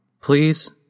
Please